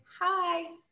hi